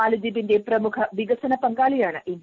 മാൽദ്വീപിന്റെ പ്രമുഖ വികസന പങ്കാളിയാണ് ഇന്ത്യ